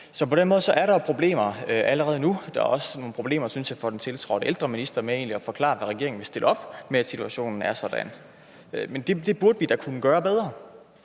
Så på den måde er der problemer allerede nu. Der er også, synes jeg, problemer for den tiltrådte ældreminister med at forklare, hvad regeringen egentlig vil stille op med, at situationen er sådan. Det burde man da kunne gøre bedre.